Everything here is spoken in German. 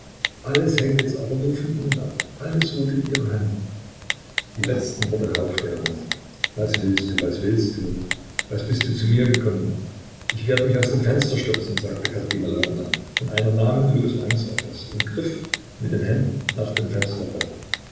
alles hängt jetzt aber nur von ihnen ab alles ruht in ihrer hand die letzten worte hauchte er nur was willst du was willst du was bist du zu mir gekommen ich werde mich aus dem fenster stürzen sagte katerina lwowna von einer namenlosen angst erfaßt und griff mit den händen nach dem fensterbrett